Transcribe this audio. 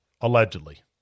allegedly